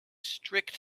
strict